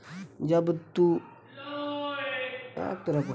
जब तू net banking खातिर रजिस्टर कर देत बाटअ तअ तोहके एगो लॉग इन आई.डी मिलत बाटे